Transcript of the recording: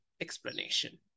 explanation